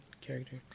character